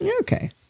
okay